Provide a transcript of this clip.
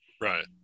Right